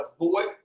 avoid